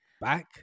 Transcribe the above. back